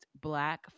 black